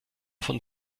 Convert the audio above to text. von